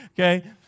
Okay